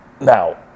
Now